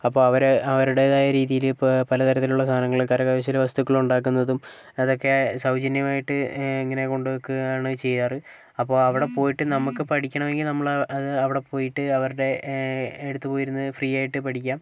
അപ്പോൾ അവർ അവരുടേതായ രീതിയിൽ ഇപ്പോൾ പലതരത്തിലുള്ള സാധനങ്ങൾ കരകൗശല വസ്തുക്കളുണ്ടാക്കുന്നതും അതൊക്കെ സൗജന്യമായിട്ട് ഇങ്ങനെ കൊണ്ടുവയ്ക്കുകയാണ് ചെയ്യാറ് അപ്പോൾ അവിടെ പോയിട്ട് നമുക്ക് പഠിക്കണമെങ്കിൽ നമ്മൾ അത് അവിടെ പോയിട്ട് അവരുടെ അടുത്തു പോയിരുന്ന് ഫ്രീ ആയിട്ട് പഠിക്കാം